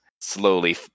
slowly